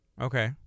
okay